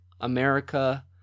America